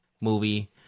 movie